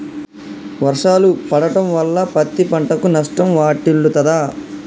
వర్షాలు పడటం వల్ల పత్తి పంటకు నష్టం వాటిల్లుతదా?